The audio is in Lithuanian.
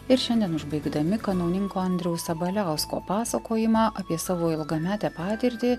ir šiandien užbaigdami kanauninko andriaus sabaliausko pasakojimą apie savo ilgametę patirtį